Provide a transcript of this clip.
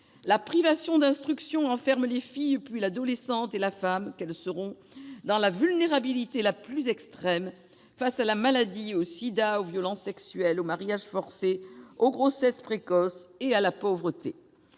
La privation d'instruction enferme les filles, puis les adolescentes et les femmes qu'elles seront, dans une extrême vulnérabilité face à la maladie, au sida, aux violences sexuelles, aux mariages forcés, aux grossesses précoces et à la pauvreté.